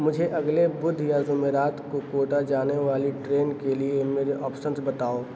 مجھے اگلے بدھ یا جمعرات کو کوٹا جانے والی ٹرین کے لیے میرے آپشنز بتاؤ